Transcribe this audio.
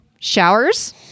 showers